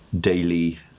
daily